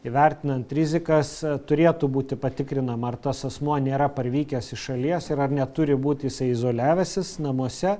įvertinant rizikas turėtų būti patikrinama ar tas asmuo nėra parvykęs iš šalies ir ar neturi būti jisai izoliavęsis namuose